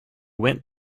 went